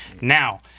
Now